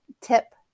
tip